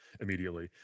immediately